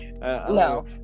No